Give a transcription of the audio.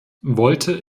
wollte